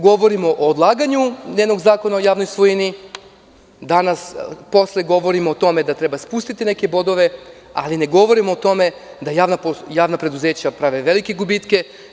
Govorimo o odlaganju Zakona o javnoj svojini, posle govorimo o tome da treba spustiti neke bodove, ali ne govorimo o tome da javna preduzeća prave velike gubitke.